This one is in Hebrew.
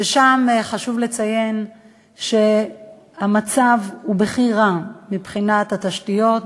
שחשוב לציין שהמצב שם הוא בכי רע מבחינת התשתיות,